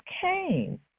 came